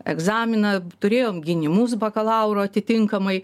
egzaminą turėjom gynimus bakalauro atitinkamai